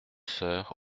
sœurs